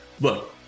look